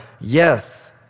Yes